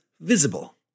visible